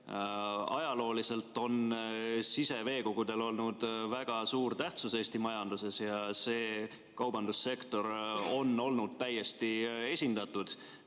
Ajalooliselt on siseveekogudel olnud väga suur tähtsus Eesti majanduses ja see kaubandussektor on olnud täiesti esindatud.